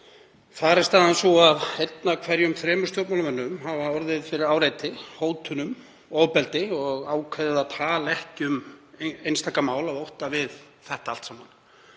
Þar er staðan sú að einn af hverjum þremur stjórnmálamönnum hefur orðið fyrir áreiti, hótunum, ofbeldi og ákveðið að tala ekki um einstaka mál af ótta við þetta allt saman.